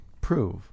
prove